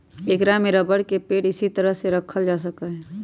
ऐकरा में रबर के पेड़ इसी तरह के रखल जा सका हई